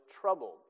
troubled